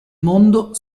mondo